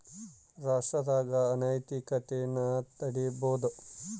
ರಾಷ್ಟ್ರದಾಗ ಅನೈತಿಕತೆನ ತಡೀಬೋದು